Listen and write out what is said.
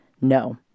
no